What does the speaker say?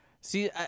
see